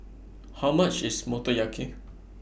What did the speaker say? How much IS Motoyaki